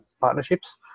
partnerships